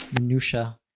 Minutia